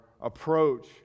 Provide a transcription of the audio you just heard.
approach